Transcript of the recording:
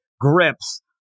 grips